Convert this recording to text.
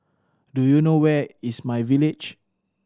do you know where is my Village